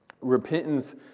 repentance